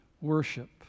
Worship